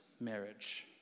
marriage